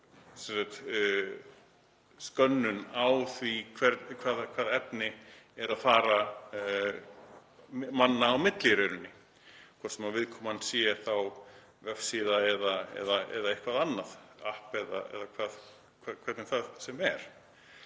skönnun á því hvaða efni er að fara manna á milli, hvort sem viðkoman sé vefsíða eða eitthvað annað, app eða hvað það er.